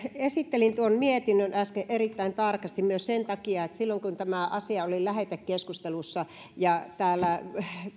esittelin tuon mietinnön äsken erittäin tarkasti myös sen takia että silloin kun tämä asia oli lähetekeskustelussa täällä